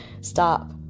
Stop